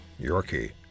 Yorkie